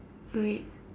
alright